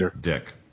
Dick